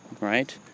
Right